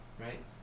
right